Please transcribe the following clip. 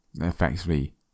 Effectively